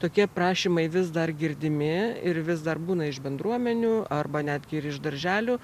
tokie prašymai vis dar girdimi ir vis dar būna iš bendruomenių arba netgi ir iš darželių